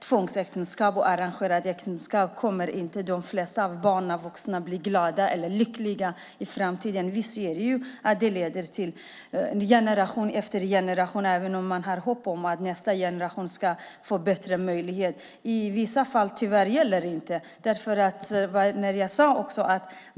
Tvångsäktenskap och arrangerade äktenskap kommer inte de flesta av barnen eller de vuxna att bli lyckliga av i framtiden. Vi ser att det finns i generation efter generation, även om man har hopp om att nästa generation ska få bättre möjligheter. I vissa fall gäller tyvärr inte det.